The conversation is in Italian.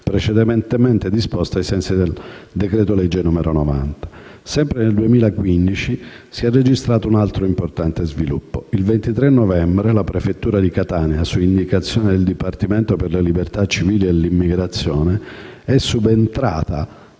precedentemente disposto ai sensi del decreto-legge n. 90 del 2014. Sempre nel 2015, si è registrato un altro importante sviluppo. Il 23 novembre, la prefettura di Catania, su indicazione del Dipartimento per le libertà civili e l'immigrazione, è subentrata